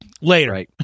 later